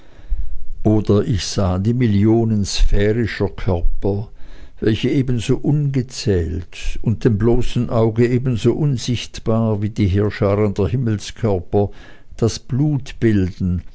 oder ich sah die millionen sphärischer körper weiche ebenso ungezählt und dem bloßen auge ebenso unsichtbar wie die heerscharen himmelskörper das